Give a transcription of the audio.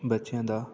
ਬੱਚਿਆਂ ਦਾ